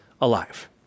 alive